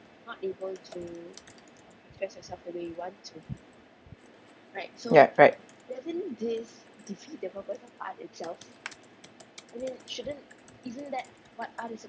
ya right